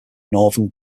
northern